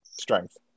strength